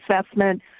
assessment